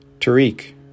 Tariq